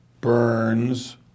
Burns